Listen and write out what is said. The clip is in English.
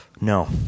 No